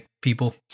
people